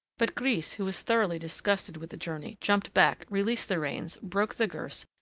but grise, who was thoroughly disgusted with the journey, jumped back, released the reins, broke the girths,